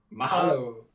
Mahalo